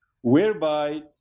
whereby